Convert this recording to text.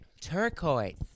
turquoise